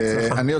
בהצלחה.